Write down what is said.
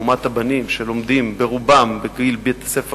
לעומת הבנים שלומדים ברובם בגיל בית-ספר